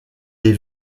des